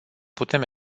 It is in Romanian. putem